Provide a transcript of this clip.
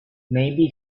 maybe